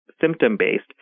symptom-based